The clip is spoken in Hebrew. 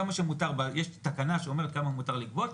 יש תקנה שאומרת כמה מותר לגבות.